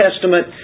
testament